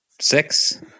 six